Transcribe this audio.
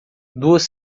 duas